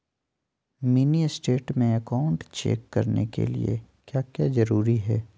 Mini state में account check करने के लिए क्या क्या जरूरी है?